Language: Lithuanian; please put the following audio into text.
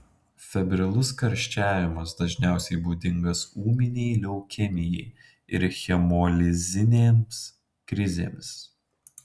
febrilus karščiavimas dažniausiai būdingas ūminei leukemijai ir hemolizinėms krizėms